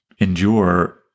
endure